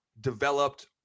developed